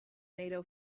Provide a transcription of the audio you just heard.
nato